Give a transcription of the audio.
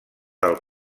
del